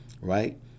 right